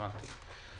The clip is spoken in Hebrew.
הבנתי.